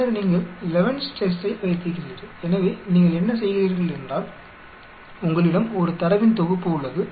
பின்னர் நீங்கள் லெவன்ஸ் டெஸ்ட்டை Levenes Test வைத்திருக்கிறீர்கள் எனவே நீங்கள் என்ன செய்கிறீர்கள் என்றால் உங்களிடம் ஒரு தரவின் தொகுப்பு இருக்கின்றது